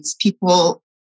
people